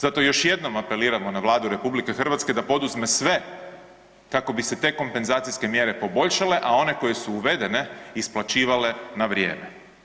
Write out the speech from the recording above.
Zato još jednom apeliramo na Vladu RH da poduzme sve kako bi se te kompenzacijske mjere poboljšale, a one koje su uvedene isplaćivale na vrijeme.